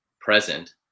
present